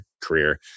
career